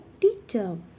teacher